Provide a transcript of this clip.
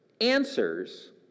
answers